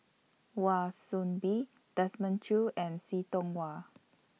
Wan Soon Bee Desmond Choo and See Tiong Wah